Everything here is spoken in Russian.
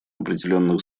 определенных